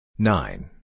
Nine